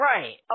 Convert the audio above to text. Right